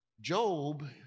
Job